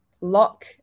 lock